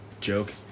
Joke